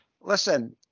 Listen